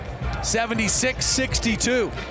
76-62